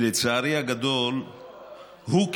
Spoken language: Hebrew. לצערי הגדול הוא,